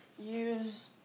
use